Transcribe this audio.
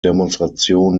demonstration